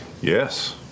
Yes